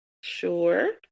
sure